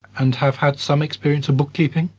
and have had some experience of book-keeping?